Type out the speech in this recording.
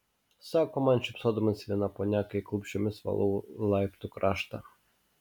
sako man šypsodamasi viena ponia kai klupsčiomis valau laiptų kraštą